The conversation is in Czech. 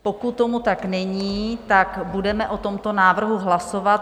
Pokud tomu tak není, budeme o tomto návrhu hlasovat.